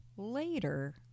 Later